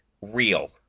real